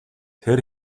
тэр